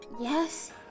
Yes